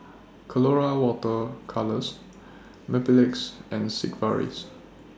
Colora Water Colours Mepilex and Sigvaris